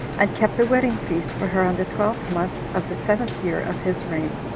and kept a wedding feast for her on the twelfth month of the seventh year of his reign,